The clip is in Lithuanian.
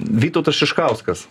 vytautas šiškauskas